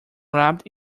wrapped